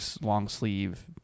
long-sleeve